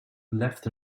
left